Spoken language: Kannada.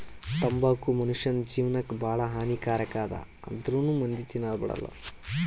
ತಂಬಾಕು ಮುನುಷ್ಯನ್ ಜೇವನಕ್ ಭಾಳ ಹಾನಿ ಕಾರಕ್ ಅದಾ ಆಂದ್ರುನೂ ಮಂದಿ ತಿನದ್ ಬಿಡಲ್ಲ